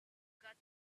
got